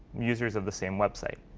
users of the same website.